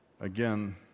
Again